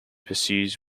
pursues